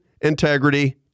integrity